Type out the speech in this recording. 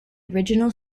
original